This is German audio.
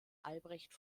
albrecht